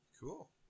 Cool